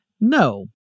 no